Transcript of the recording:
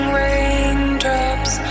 raindrops